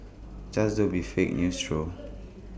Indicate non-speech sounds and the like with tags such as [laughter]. just don't be fake news through [noise]